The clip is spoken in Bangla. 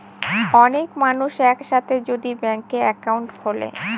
অনেক মানুষ এক সাথে যদি ব্যাংকে একাউন্ট খুলে